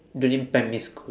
during primary school